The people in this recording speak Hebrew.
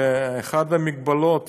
אחת המגבלות